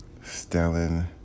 Stellan